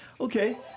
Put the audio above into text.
Okay